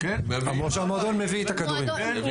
או שהמועדון מביא את הכדורים?